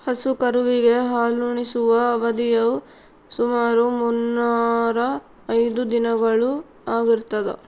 ಹಸು ಕರುವಿಗೆ ಹಾಲುಣಿಸುವ ಅವಧಿಯು ಸುಮಾರು ಮುನ್ನೂರಾ ಐದು ದಿನಗಳು ಆಗಿರ್ತದ